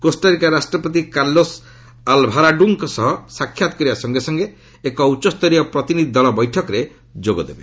Costa Rica ରାଷ୍ଟ୍ରପତି Carlos ଆଲ୍ଭାରାଡ଼ୁଙ୍କ ସହ ସାକ୍ଷାତ୍ କରିବା ସଙ୍ଗେ ସଙ୍ଗେ ଏକ ଉଚ୍ଚସ୍ତରୀୟ ପ୍ରତିନିଧି ଦଳ ବୈଠକରେ ଯୋଗଦେବେ